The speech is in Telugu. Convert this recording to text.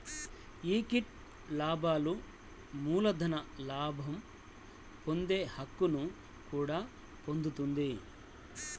ఈక్విటీ లాభాలు మూలధన లాభం పొందే హక్కును కూడా పొందుతుంది